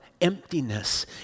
emptiness